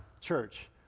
church